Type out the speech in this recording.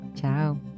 Ciao